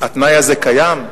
התנאי הזה קיים?